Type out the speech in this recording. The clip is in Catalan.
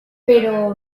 però